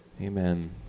amen